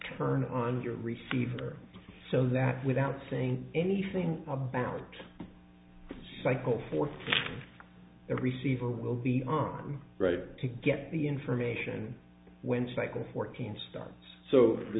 turn on your receiver so that without saying anything about cycles for the receiver will be on right to get the information when cycles fourteen start so